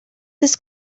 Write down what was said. this